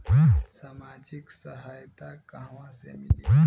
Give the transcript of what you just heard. सामाजिक सहायता कहवा से मिली?